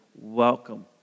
Welcome